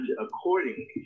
accordingly